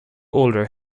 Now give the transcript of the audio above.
older